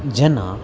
जेना